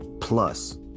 Plus